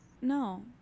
no